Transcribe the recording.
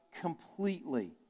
completely